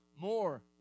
more